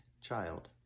child